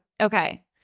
Okay